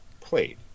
played